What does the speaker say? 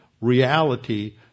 reality